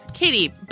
Katie